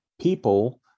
people